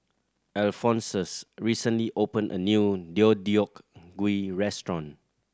Alphonsus recently opened a new Deodeok Gui restaurant